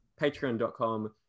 patreon.com